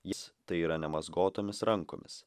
jis tai yra nemazgotomis rankomis